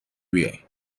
بیای